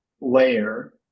layer